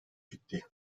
ciddi